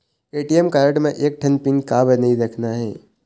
ATM card म एक ठन पिन काबर नई रखना हे?